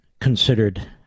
considered